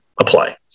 apply